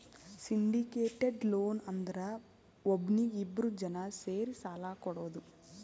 syndicated loan ಅಂದುರ್ ಒಬ್ನೀಗಿ ಇಬ್ರು ಜನಾ ಸೇರಿ ಸಾಲಾ ಕೊಡೋದು